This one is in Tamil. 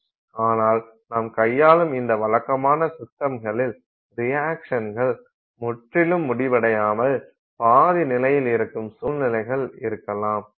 ஆனால் நாம் கையாளும் இந்த வழக்கமான சிஸ்டம்களில் ரியாக்சன்கள் முற்றிலும் முடிவடையாமல் பாதி நிலையில் இருக்கும் சூழ்நிலைகள் இருக்கலாம்